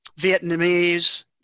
Vietnamese